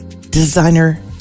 designer